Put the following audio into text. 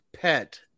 pet